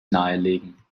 nahelegen